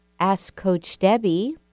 askcoachdebbie